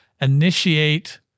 initiate